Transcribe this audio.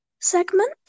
segment